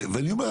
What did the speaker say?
ואני אומר,